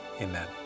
amen